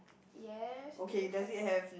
yes it looks like it